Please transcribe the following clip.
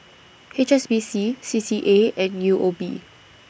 H S B C C C A and U O B